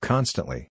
Constantly